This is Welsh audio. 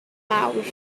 mawr